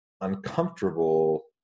uncomfortable